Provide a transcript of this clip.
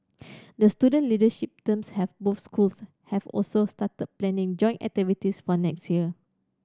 the student leadership terms have both schools have also started planning joint activities for next year